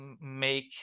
make